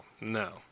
no